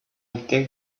think